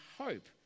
hope